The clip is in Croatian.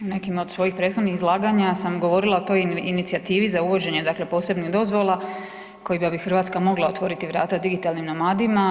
nekim od svojih prethodnih izlaganja sam govorila o toj inicijativi za uvođenje dakle posebnih dozvola kojima bi Hrvatska mogla otvoriti vrata digitalnim nomadima.